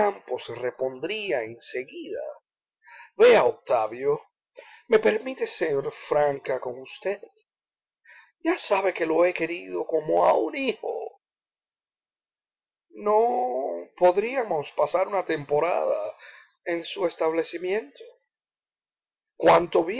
se repondría en seguida vea octavio me permite ser franca con usted ya sabe que lo he querido como a un hijo no podríamos pasar una temporada en su establecimiento cuánto bien